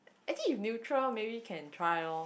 actually if neutral maybe can try loh